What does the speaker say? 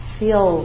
feel